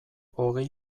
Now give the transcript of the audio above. hogei